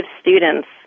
students